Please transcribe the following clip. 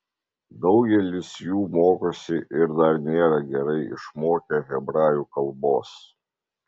daugelis jų mokosi ir dar nėra gerai išmokę hebrajų kalbos